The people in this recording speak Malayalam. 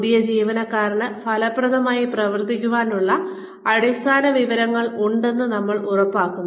പുതിയ ജീവനക്കാരന് ഫലപ്രദമായി പ്രവർത്തിക്കാനുള്ള അടിസ്ഥാന വിവരങ്ങൾ ഉണ്ടെന്ന് നമ്മൾ ഉറപ്പാക്കുന്നു